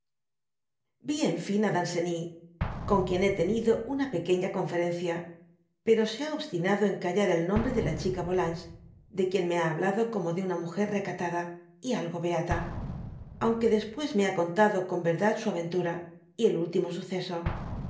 i en fin á danceny con quien hé tenido una pequeña conferencia pero se ha obstinado en callar el nombre de la chica yolanges de quien me ha hablado como de ima múger recatada y algo beata aunque después me ha contado con verdad su aventura y el último suceso